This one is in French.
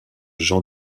jean